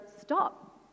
stop